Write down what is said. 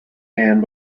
hand